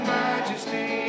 majesty